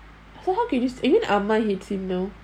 how come can you even ah ma hates him now